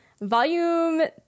Volume